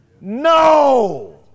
No